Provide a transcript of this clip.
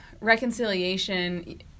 Reconciliation